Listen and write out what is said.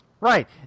Right